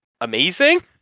amazing